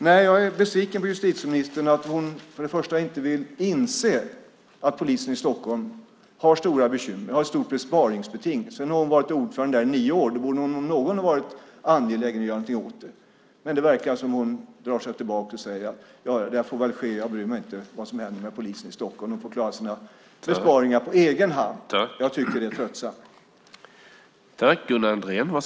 Nej, jag är besviken på justitieministern som inte vill inse att polisen i Stockholm har stora bekymmer och har ett stort sparbeting. Som ordförande där i nio år borde hon om någon vara angelägen att göra något åt detta. Men hon verkar dra sig tillbaka och säga: Ja, det där får väl ske. Jag bryr mig inte om vad som händer med polisen i Stockholm. De får klara sina besparingar på egen hand. Jag tycker att detta är tröttsamt.